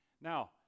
now